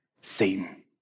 Satan